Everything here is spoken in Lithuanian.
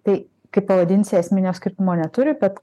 tai kaip pavadinsi esminio skirtumo neturi bet